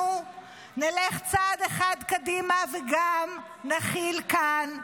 אנחנו נלך צעד אחד קדימה וגם נחיל כאן,